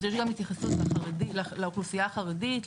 אז יש גם התייחסות לאוכלוסייה החרדית,